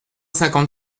cinquante